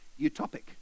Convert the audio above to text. utopic